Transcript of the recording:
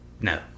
No